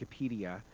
Wikipedia